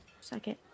second